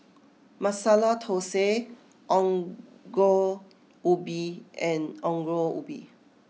Masala Thosai Ongol Ubi and Ongol Ubi